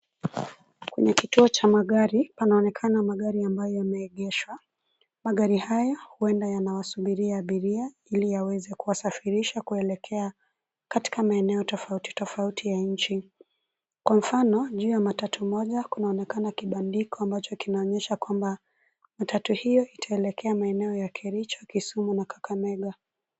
Ni kituo cha magari, panaonekana magari ambayo yameegeshwa. Magari hayo huenda yanawasubiria abiria iliyaweze kuwasafirisha kuelekea katika maeneo tofauti tofauti ya nchi. kwa mfano, juu ya matatu moja kunaonekana kibandiko ambacho kinaonyesha kwamba matatu hiyo itaelekea maeneo ya Kericho, Kisumu na Kakamega.